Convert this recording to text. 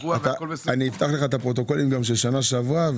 אני אפתח לך את הפרוטוקולים של שנה שעברה.